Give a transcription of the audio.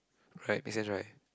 right is this right